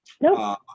No